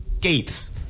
Gates